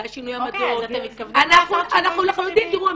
שינויי עמדות -- אוקיי אז -- אנחנו לחלוטין --- תראו,